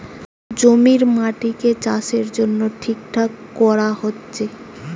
জমির মাটিকে চাষের জন্যে ঠিকঠাক কোরা হচ্ছে